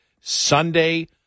Sunday